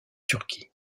turquie